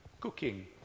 Cooking